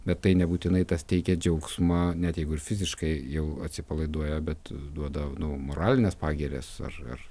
bet tai nebūtinai tas teikia džiaugsmą net jeigu ir fiziškai jau atsipalaiduoja bet duoda nu moralines pagirias ar ar